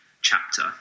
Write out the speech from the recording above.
chapter